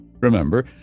Remember